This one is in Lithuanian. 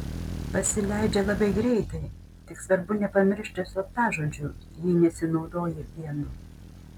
pasileidžia labai greitai tik svarbu nepamiršti slaptažodžių jei nesinaudoji vienu